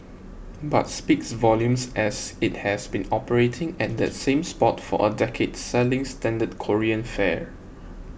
but speaks volumes as it has been operating at that same spot for a decade selling standard Korean fare